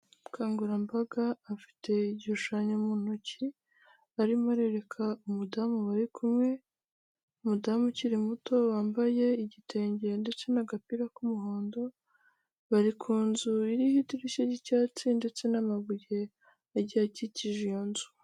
Umukangurambaga afite igishushanyo mu ntoki arimo arerereka umudamu bari kumwe, ni umudamu ukiri muto wambaye igitenge ndetse n'agapira k'umuhondo, bari ku nzu iriho idirishya ry'icyatsi ndetse n'amabuye agiye akikije iyo nzu.